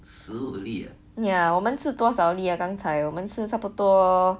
ya 我们吃多少粒啊刚才我们吃差不多